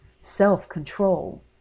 self-control